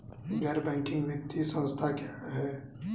गैर बैंकिंग वित्तीय संस्था क्या है?